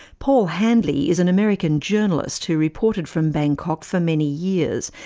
paul handley is an american journalist who reported from bangkok for many years,